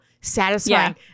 satisfying